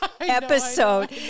episode